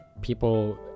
people